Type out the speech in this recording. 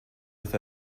with